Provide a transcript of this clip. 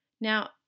Now